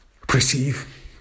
perceive